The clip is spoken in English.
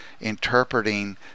interpreting